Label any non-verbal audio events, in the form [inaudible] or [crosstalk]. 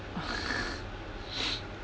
[laughs] [noise]